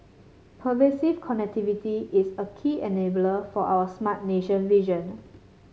pervasive connectivity is a key enabler for our Smart Nation vision